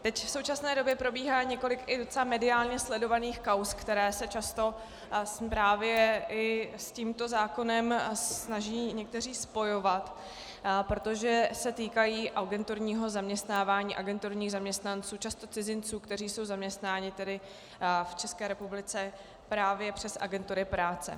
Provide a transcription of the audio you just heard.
Teď v současné době probíhá několik i docela mediálně sledovaných kauz, které se často právě i s tímto zákonem snaží někteří spojovat, protože se týkají agenturního zaměstnávání agenturních zaměstnanců, často cizinců, kteří jsou zaměstnáni tedy v České republice právě přes agentury práce.